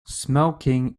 smoking